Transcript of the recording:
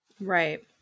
Right